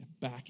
back